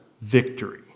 victory